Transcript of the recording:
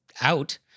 out